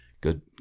Good